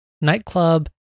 nightclub